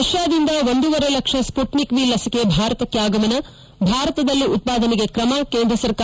ರಷ್ಣಾದಿಂದ ಒಂದೂವರೆ lakh Sputnik V ಲಸಿಕೆ ಭಾರತಕ್ಕೆ ಆಗಮನ ಭಾರತದಲ್ಲೂ ಉತ್ಪಾದನೆಗೆ ಕ್ರಮ ಕೇಂದ್ರ ಸರ್ಕಾರ